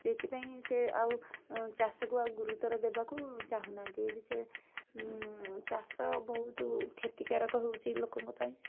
ସେଇଥିପାଇଁ ସେ ଆଉ ଚାଷକୁ ଆଉ ଗୁରୁତ୍ୱର ଦେବାକୁ ଚାହୁଁନାହାନ୍ତି ଏ ବିଷୟରେ ଚାଷ ବହୁତ କ୍ଷତିକାରକ ହେଉଛି ଲୋକଙ୍କ ପାଇଁ